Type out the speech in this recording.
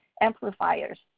amplifiers